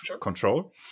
control